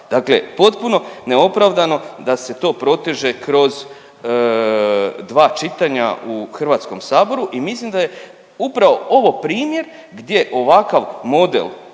Dakle, potpuno neopravdano da se to proteže kroz dva čitanja u HS-u i mislim da je upravo ovo primjer gdje ovakav model